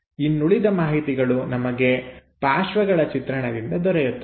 ಇನ್ನುಳಿದ ಮಾಹಿತಿಗಳು ನಮಗೆ ಪಾರ್ಶ್ವಗಳ ಚಿತ್ರದಿಂದ ದೊರೆಯುತ್ತದೆ